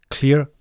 Clear